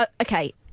okay